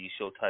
Showtime